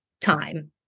time